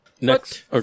Next